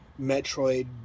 Metroid